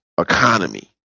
economy